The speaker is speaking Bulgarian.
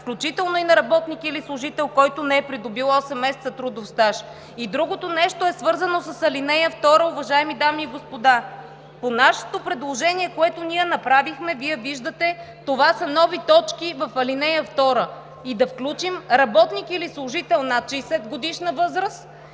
включително на работник или служител, който не е придобил 8 месеца трудов стаж“. Другото нещо е свързано с ал. 2, уважаеми дами и господа. По предложението, което ние направихме, Вие виждате, това са нови точки в ал. 2 и да включим работник или служител над 60-годишна възраст